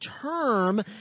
term